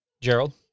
Gerald